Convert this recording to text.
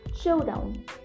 Showdown